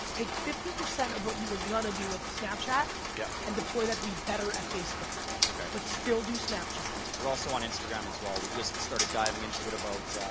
take fifty percent of what you were gonna do with snapchat, yeah and deploy that to be better at facebook. but still do snapchat. we're also on instagram, as well, we just started diving into it about